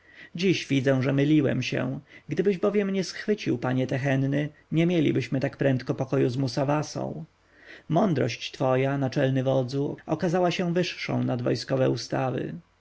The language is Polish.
dziś widzę że myliłem się gdybyś bowiem nie schwycił panie tehenny nie mielibyśmy tak prędko pokoju z musawasą mądrość twoja naczelny wodzu okazała się wyższą nad wojskowe ustawy